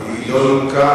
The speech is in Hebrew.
היא לא נימקה